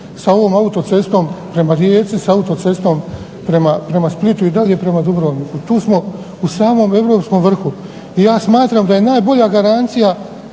sa ovom autocestom prema Rijeci, s autocestom prema Splitu i dalje prema Dubrovniku tu smo u samom europskom vrhu. I ja smatram da je najbolja garancija